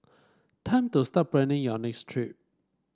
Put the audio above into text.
time to start planning your next trip